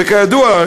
וכידוע,